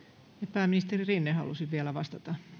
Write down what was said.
pääministeri rinne halusi vielä vastata